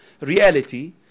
reality